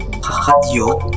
Radio